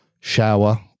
Shower